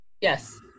Yes